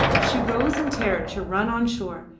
she rose in terror to run on shore,